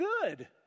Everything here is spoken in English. good